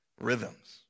rhythms